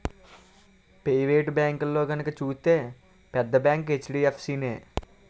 private బేంకుల్లో గనక సూత్తే పెద్ద బేంకు హెచ్.డి.ఎఫ్.సి నే